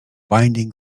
binding